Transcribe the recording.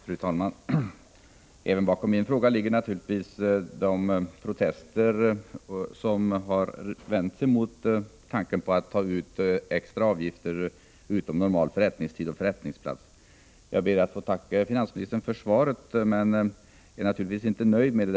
Fru talman! Även bakom min fråga ligger naturligtvis de protester som har riktats mot tanken på att ta ut extra avgifter för tullkontroll utom normal förrättningstid och förrättningsplats. Jag ber att få tacka finansministern för svaret, men jag kan inte säga att jag är nöjd med det.